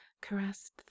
caressed